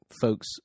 folks